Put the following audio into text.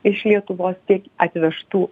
iš lietuvos tiek atvežtų